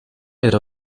era